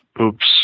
Oops